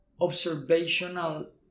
observational